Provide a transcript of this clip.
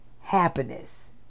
happiness